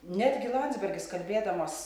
netgi landsbergis kalbėdamas